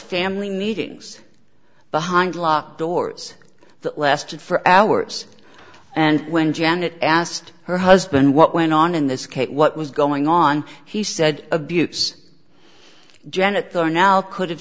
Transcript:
family meetings behind locked doors that lasted for hours and when janet asked her husband what went on in this case what was going on he said abuse janet they are now could